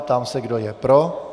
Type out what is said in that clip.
Ptám se, kdo je pro.